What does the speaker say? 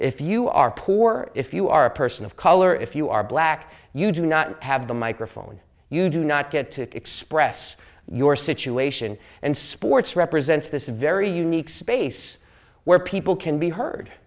if you are poor or if you are a person of color if you are black you do not have the microphone you do not get to express your situation and sports represents this very unique space where people can be heard